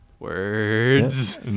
Words